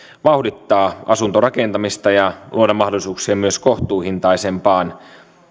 vauhdittaa asuntorakentamista ja luoda mahdollisuuksia myös kohtuuhintaisempaan